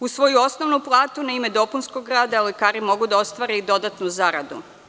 Uz svoju osnovnu platu na ime dopunskog rada lekari mogu da ostvare i dodatnu zaradu.